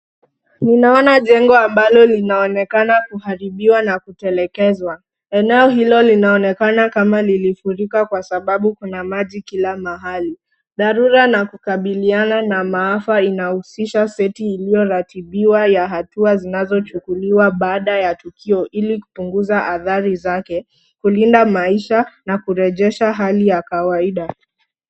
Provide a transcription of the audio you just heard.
Ninaona jengo ambalo linaonekana kuharibiwa na kutelekezwa. Eneo hilo linaonekana kama lilifurika kwa sababu kuna maji kila mahali. Dharura na kukabiliana na maafa inahusisha seti iliyoratibiwa ya hatua zinazochukuliwa baada ya tukio, ili kupunguza athari zake, kulinda maisha na kurejesha hali ya kawaida.